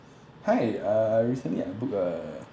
hi uh recently I book a